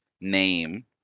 name